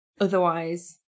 otherwise